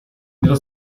nello